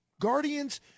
Guardians